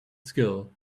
skill